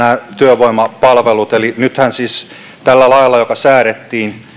työvoimapalveluista nythän siis tässä laissa joka säädettiin